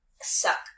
suck